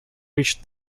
reached